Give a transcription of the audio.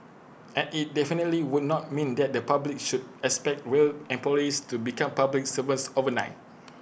and IT definitely would not mean that the public should expect rail employees to become public servants overnight